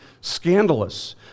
scandalous